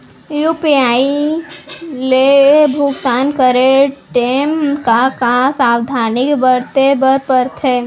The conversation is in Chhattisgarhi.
यू.पी.आई ले भुगतान करे टेम का का सावधानी बरते बर परथे